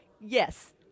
Yes